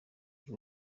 iyi